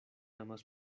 amas